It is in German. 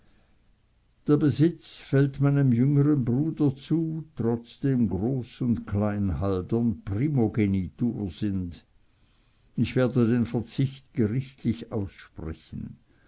der besitz fällt meinem jüngeren bruder zu trotzdem groß und klein haldern primogenitur sind ich werde den verzicht gerichtlich aussprechen